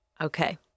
Okay